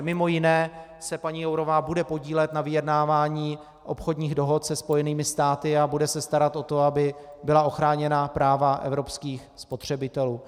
Mimo jiné se paní Jourová bude podílet na vyjednávání obchodních dohod se Spojenými státy a bude se starat o to, aby byla ochráněna práva evropských spotřebitelů.